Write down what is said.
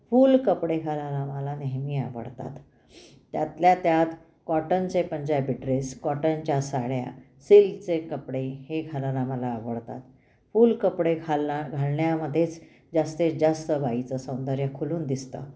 फूल कपडे घालायला मला नेहमी आवडतात त्यातल्या त्यात कॉटनचे पंजाबी ड्रेस कॉटनच्या साड्या सिल्कचे कपडे हे घालायला मला आवडतात फूल कपडे घाल्ला घालण्यामध्येच जास्तीत जास्त बाईचं सौंदर्य खुलून दिसतं